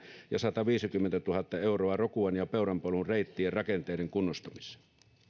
ja sataviisikymmentätuhatta euroa rokuan ja peuran polun reittien rakenteiden kunnostamiseen